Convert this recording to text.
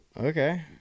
Okay